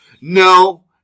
No